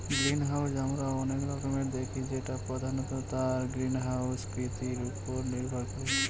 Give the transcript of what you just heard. greenhouse আমরা অনেক রকমের দেখি যেটা প্রধানত তার গ্রিনহাউস কৃতির উপরে নির্ভর করে